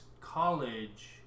college